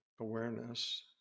awareness